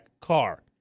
car